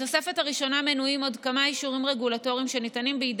בתוספת הראשונה מנויים עוד כמה אישורים רגולטוריים שניתנים בידי